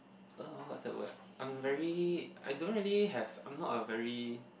uh what's that word I'm very I don't really have I'm not a very